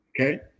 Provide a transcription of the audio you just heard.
Okay